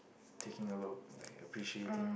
taking a look like appreciating